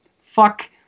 fuck